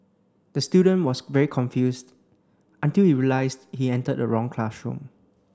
the student was very confused until he realised he entered the wrong classroom